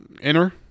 enter